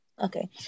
Okay